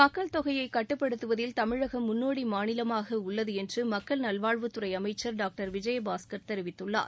மக்கள் தொகையை கட்டுப்படுத்துவதில் தமிழகம் முன்னோடி மாநிலமாக உள்ளது என்று மக்கள் நல்வாழ்வுத் துறை அமைச்சர் டாக்டர் விஜயபாஸ்கர் தெரிவித்துள்ளார்